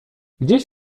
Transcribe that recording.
gdzieś